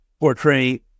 portray